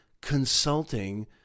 consulting